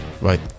right